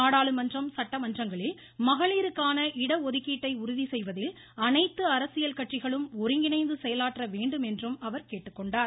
நாடாளுமன்றம் சட்டமன்றங்களில் மகளிருக்கான இடஒதுக்கீட்டை உறுதி செய்வதில் அனைத்து அரசியல் கட்சிகளும் ஒருங்கிணைந்து செயலாற்ற வேண்டும் என்றும் அவர் கேட்டுக் கொண்டார்